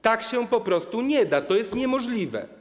Tak się po prostu nie da, to jest niemożliwe.